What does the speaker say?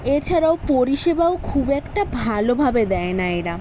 এছাড়াও পরিষেবাও খুব একটা ভালোভাবে দেয় না এরা